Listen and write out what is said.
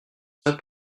c’est